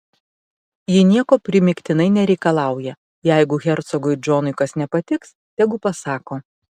ji nieko primygtinai nereikalauja jeigu hercogui džonui kas nepatiks tegu pasako